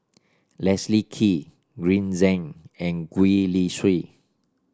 Leslie Kee Green Zeng and Gwee Li Sui